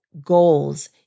goals